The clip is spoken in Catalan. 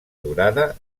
durada